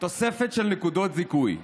תוספת של נקודות זיכוי,